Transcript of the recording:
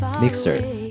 Mixer